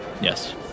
Yes